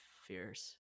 Fierce